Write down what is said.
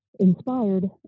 Inspired